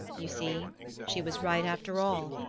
you see she was right after all,